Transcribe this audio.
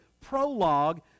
prologue